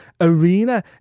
arena